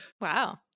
Wow